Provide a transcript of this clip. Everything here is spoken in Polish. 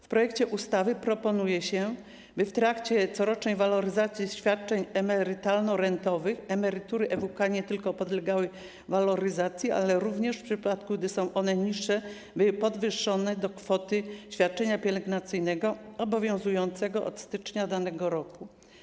W projekcie ustawy proponuje się, by w trakcie corocznej waloryzacji świadczeń emerytalno-rentowych emerytury EWK nie tylko podlegały waloryzacji, ale również w przypadku gdy są one niższe, były podwyższone do kwoty świadczenia pielęgnacyjnego obowiązującego od stycznia danego roku.